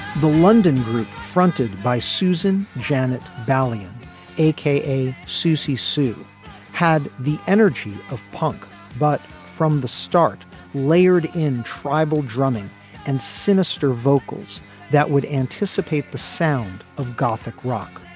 the london group fronted by susan janet valiant a k a. susie sue had the energy of punk but from the start layered in tribal drumming and sinister vocals that would anticipate the sound of gothic rock.